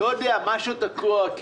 לא יודע, משהו תקוע.